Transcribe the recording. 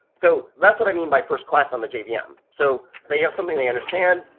so that's what i mean by first class on the jvm. yeah um so they have something they understand,